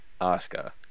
Oscar